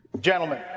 Gentlemen